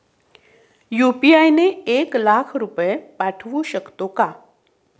UPI ने एक लाख रुपये पाठवू शकतो का?